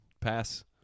Pass